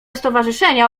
stowarzyszenia